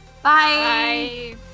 Bye